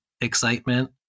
excitement